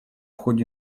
ходе